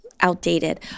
outdated